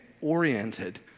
oriented